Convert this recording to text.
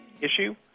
issue